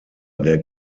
der